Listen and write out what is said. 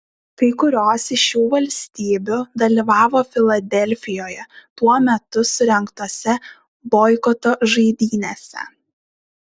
kai kurios iš šių valstybių dalyvavo filadelfijoje tuo metu surengtose boikoto žaidynėse